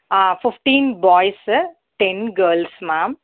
ah fifteen boys ten girls ma'am